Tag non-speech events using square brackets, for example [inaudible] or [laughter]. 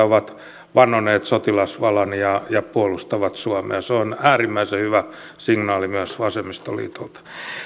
[unintelligible] ovat vannoneet sotilasvalan ja ja puolustavat suomea se on äärimmäisen hyvä signaali myös vasemmistoliitolta